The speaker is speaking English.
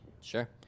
Sure